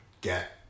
get